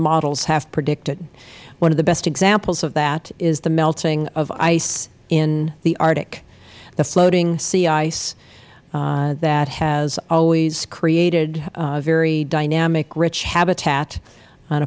models have predicted one of the best examples of that is the melting of ice in the arctic the floating sea ice that has always created a very dynamic rich habitat